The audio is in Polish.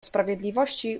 sprawiedliwości